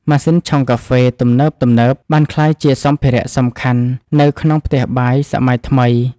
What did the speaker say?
ម៉ាស៊ីនឆុងកាហ្វេទំនើបៗ បានក្លាយជាសម្ភារៈសំខាន់នៅក្នុងផ្ទះបាយសម័យថ្មី។